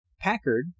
Packard